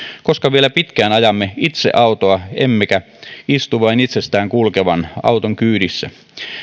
koska vielä pitkään ajamme itse autoa emmekä istu vain itsestään kulkevan auton kyydissä